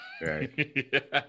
right